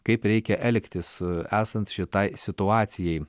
kaip reikia elgtis esant šitai situacijai